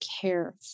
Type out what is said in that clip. care